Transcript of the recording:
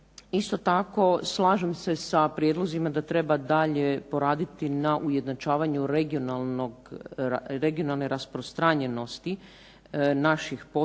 Isto tako slažem se sa prijedlozima da treba dalje poraditi na ujednačavanju regionalne rasprostranjenosti naših potpora